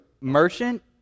merchant